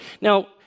Now